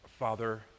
Father